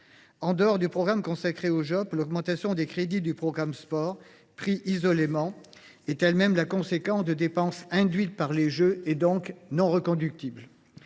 En dehors du programme consacré aux JOP, l’augmentation des crédits du programme « Sport », pris isolément, est elle même la conséquence de dépenses induites par les Jeux, donc non reconductibles.